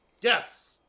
yes